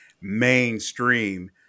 mainstream